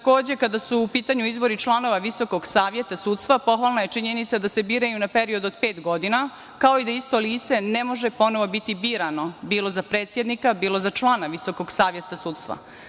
Kada su u pitanju izbori članova Visokog saveta sudstva, pohvalna je činjenica da se biraju na period od pet godina, kao i da isto lice ne može ponovo biti birano bilo za predsednika, bilo za člana Visokog saveta sudstva.